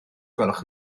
gwelwch